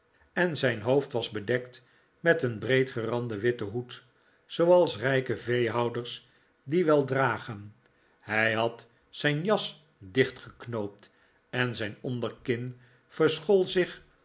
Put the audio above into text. en zijn hoofd was bedekt met een breed geranden witten hoed zooals rijke veehouders dien wel dragen hij had zijn jas dichtgeknoopt en zijn onderkin verschool zich